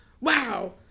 wow